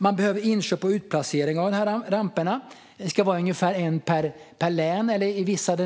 Man behöver göra inköp och utplacera de här ramperna - det ska vara ungefär en per län, och i vissa